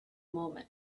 moment